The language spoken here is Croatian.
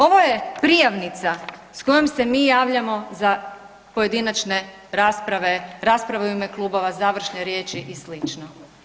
Ovo je prijavnica sa kojom se mi javljamo za pojedinačne rasprave, rasprave u ime klubova, završne riječi i slično.